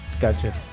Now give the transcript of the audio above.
Gotcha